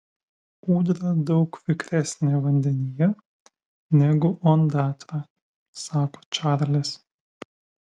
ūdra daug vikresnė vandenyje negu ondatra sako čarlis